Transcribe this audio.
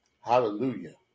Hallelujah